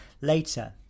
later